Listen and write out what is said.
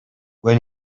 when